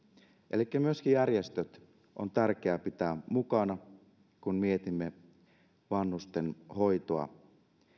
elikkä myöskin järjestöt on tärkeää pitää mukana kun mietimme vanhustenhoitoa